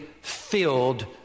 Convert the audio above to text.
filled